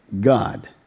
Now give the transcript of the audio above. God